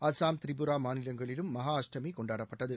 அஸ்ஸாம் திரிபுரா மாநிலங்களிலும் மகா அஷ்டமி கொண்டாடப்பட்டது